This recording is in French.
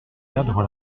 perdre